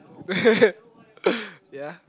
yeah